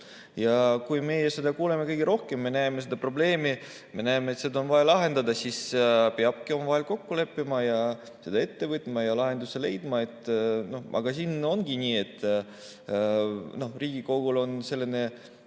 Ja kui me seda kuuleme kõige rohkem, me näeme seda probleemi, me näeme, et see on vaja lahendada, siis peabki omavahel kokku leppima ning selle ette võtma ja lahenduse leidma. Aga siin ongi nii, et Riigikogul on tihtipeale